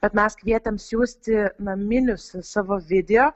bet mes kvietėm siųsti naminius savo video